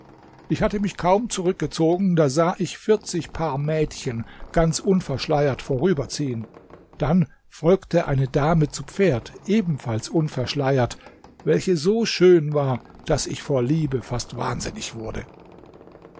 ich hatte mich kaum zurückgezogen da sah ich vierzig paar mädchen ganz unverschleiert vorüberziehen dann folgte eine dame zu pferd ebenfalls unverschleiert welche so schön war daß ich vor liebe fast wahnsinnig wurde